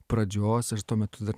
pradžios aš tuo metu dar